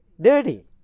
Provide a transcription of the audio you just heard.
dirty